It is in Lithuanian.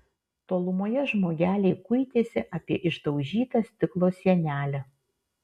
tolumoje žmogeliai kuitėsi apie išdaužytą stiklo sienelę